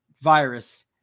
virus